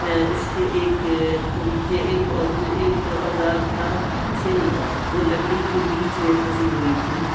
اس کے ایک ایک اوزار تھا چھینی وہ لکڑی کے بیچ میں پھنسی ہوئی تھی